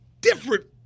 different